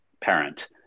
parent